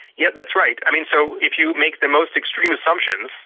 yeah that's right. i mean, so if you make the most extreme assumptions,